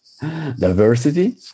diversity